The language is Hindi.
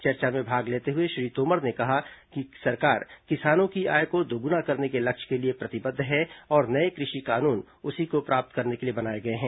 चर्चा में भाग लेते हुए श्री तोमर ने कहा कि सरकार किसानों की आय को दोगुना करने के लक्ष्य के लिए प्रतिबद्ध है और नए कृषि कानून उसी को प्राप्त करने के लिए बनाए गए हैं